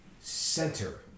center